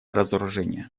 разоружение